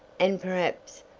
and perhaps,